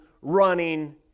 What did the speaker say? running